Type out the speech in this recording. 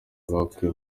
bakuye